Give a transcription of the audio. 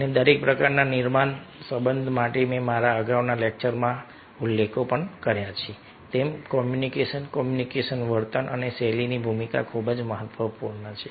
અને દરેક પ્રકારના નિર્માણ સંબંધ માટે મેં મારા અગાઉના લેક્ચરમાં અગાઉ ઉલ્લેખ કર્યો છે તેમ કોમ્યુનિકેશન કોમ્યુનિકેશન વર્તન અને શૈલીની ભૂમિકા ખૂબ જ મહત્વપૂર્ણ છે